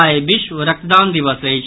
आई विश्व रक्तदान दिवस अछि